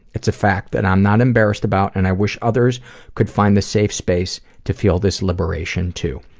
it's a fact that i'm not embarrassed about, and i wish others could find the safe space to feel this liberation, too.